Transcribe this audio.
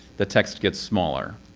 the text gets smaller.